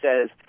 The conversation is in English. says